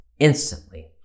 instantly